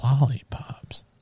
lollipops